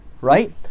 Right